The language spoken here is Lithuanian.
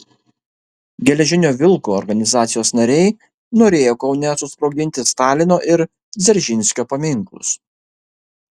geležinio vilko organizacijos nariai norėjo kaune susprogdinti stalino ir dzeržinskio paminklus